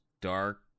dark